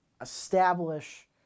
establish